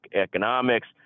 economics